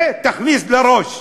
זה, תכניס לראש.